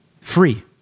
free